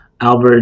Albert